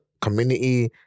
community